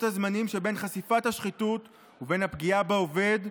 הזמנים שבין חשיפת השחיתות ובין הפגיעה בעובד,